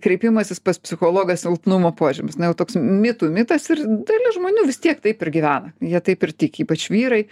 kreipimasis pas psichologą silpnumo požymis na jau toks mitų mitas ir dalis žmonių vis tiek taip ir gyvena jie taip ir tiki ypač vyrai